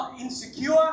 insecure